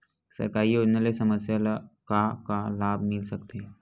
सरकारी योजना ले समस्या ल का का लाभ मिल सकते?